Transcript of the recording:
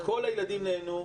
כל הילדים נהנו.